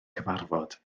cyfarfod